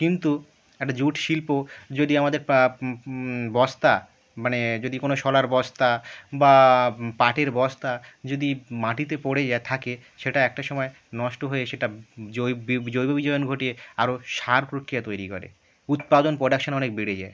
কিন্তু একটা জুট শিল্প যদি আমাদের প্রা বস্তা মানে যদি কোনও শোলার বস্তা বা পাটের বস্তা যদি মাটিতে পড়ে যায় থাকে সেটা একটা সময় নষ্ট হয়ে সেটা জৈ বি জৈব বিজনন ঘটিয়ে আরও সার প্রক্রিয়া তৈরি করে উৎপাদন প্রোডাকশন অনেক বেড়ে যায়